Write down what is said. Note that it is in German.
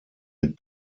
mit